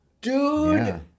Dude